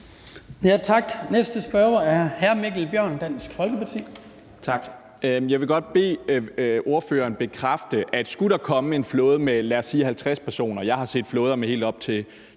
Jeg vil godt bede ordføreren bekræfte, at skulle der komme en flåde med, lad os sige 50 personer – jeg har set flåder med helt op til